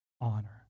honor